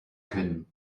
können